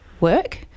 work